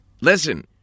Listen